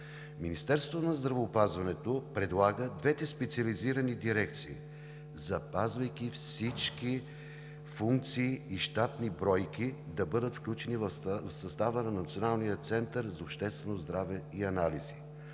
Министерството на здравеопазването предлага двете специализирани дирекции, запазвайки всичките си функции и щатните бройки, да бъдат включени в състава на Националния център за обществено здраве и анализи.